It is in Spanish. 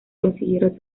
consiguieron